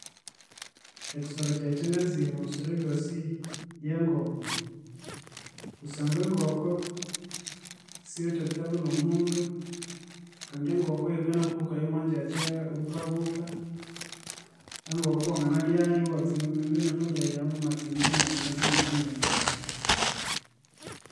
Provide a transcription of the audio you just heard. Ekyisoro kyayi ekyangazire omwe bisoro byosi yengoko kusangwa engoko, siyiwithe etabu nomundu kandi engoko yikanakubukaya omwagyakya wukabuka, engoko wanganalyayu ne family yawu imwatsema mwatsangatsanga ne family yawu